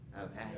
Okay